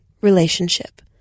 relationship